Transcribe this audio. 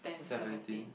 seventeen